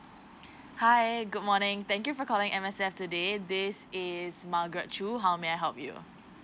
hi good morning thank you for calling M_S_F today this is margaret choo how may I help you